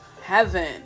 heaven